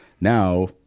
now